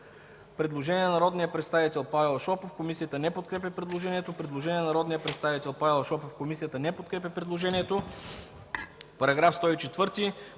Параграф 104,